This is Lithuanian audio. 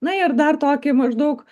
na ir dar tokį maždaug